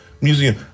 museum